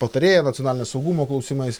patarėją nacionalinio saugumo klausimais